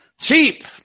cheap